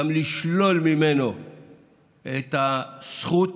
גם לשלול ממנו את הזכות